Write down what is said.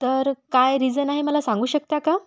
तर काय रिझन आहे मला सांगू शकता का